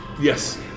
Yes